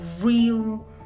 real